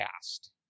cast